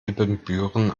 ibbenbüren